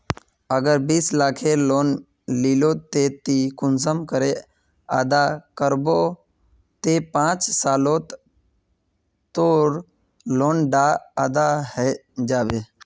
अगर बीस लाखेर लोन लिलो ते ती कुंसम करे अदा करबो ते पाँच सालोत तोर लोन डा अदा है जाबे?